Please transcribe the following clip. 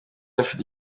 afite